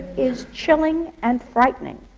is chilling and frightening!